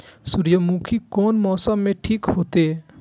सूर्यमुखी कोन मौसम में ठीक होते?